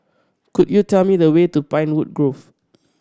could you tell me the way to Pinewood Grove